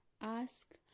Ask